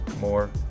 more